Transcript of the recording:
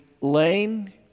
lane